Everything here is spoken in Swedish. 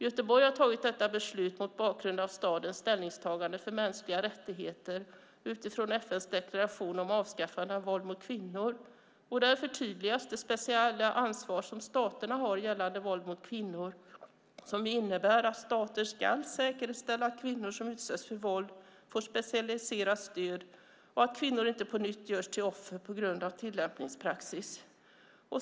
Göteborg har fattat detta beslut mot bakgrund av stadens ställningstagande för mänskliga rättigheter utifrån FN:s deklaration om avskaffande av våld mot kvinnor. Där förtydligas det speciella ansvar som staterna har gällande våld mot kvinnor. Det innebär att stater ska säkerställa att kvinnor som utsätts för våld får specialiserat stöd och att kvinnor inte på nytt görs till offer på grund av tillämpningspraxis.